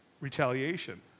retaliation